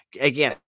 Again